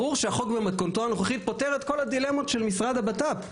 ברור שהחוק במתכונתו הנוכחית פותר את כל הדילמות של משרד הבט"פ,